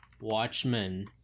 Watchmen